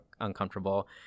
uncomfortable